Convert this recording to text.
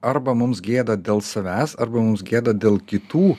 arba mums gėda dėl savęs arba mums gėda dėl kitų